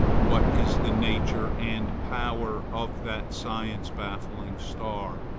what is the nature and power of that science-baffling star,